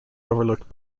overlooked